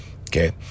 okay